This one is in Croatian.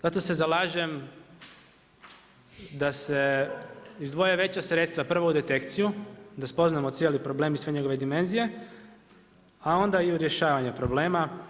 Zato se zalažem da se izdvoje veća sredstva prvo u detekciju da spoznamo cijeli problem i sve njegove dimenzije a onda i u rješavanje problema.